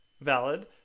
valid